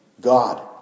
God